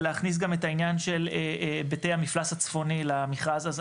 על להכניס את העניין של בתי המפלס הצפוני למכרז הזה,